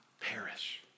perish